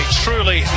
truly